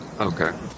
Okay